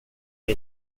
jag